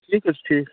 ٹھیٖک حظ چھُ ٹھیٖک